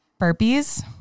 burpees